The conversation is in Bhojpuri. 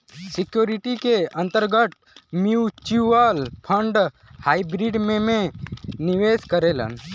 सिक्योरिटीज के अंतर्गत म्यूच्यूअल फण्ड हाइब्रिड में में निवेश करेलन